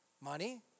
money